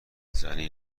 زنی